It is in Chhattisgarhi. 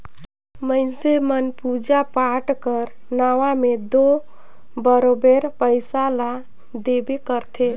मइनसे मन पूजा पाठ कर नांव में दो बरोबेर पइसा ल देबे करथे